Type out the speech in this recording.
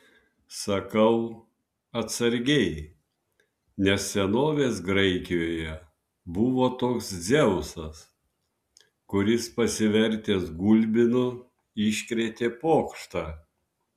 sakau atsargiai nes senovės graikijoje buvo toks dzeusas kuris pasivertęs gulbinu iškrėtė pokštą